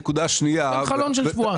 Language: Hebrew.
נותן חלון של שבועיים.